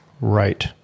right